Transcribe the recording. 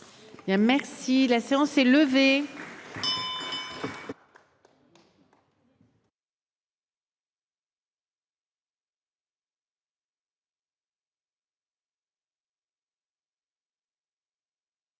?... La séance est levée.